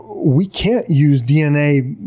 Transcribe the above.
we can't use dna-based